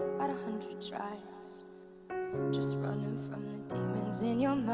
bout a hundred tries just running from the demons in your